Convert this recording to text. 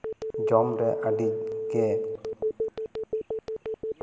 ᱡᱚᱢ ᱨᱮ ᱟᱹᱰᱤ ᱜᱮ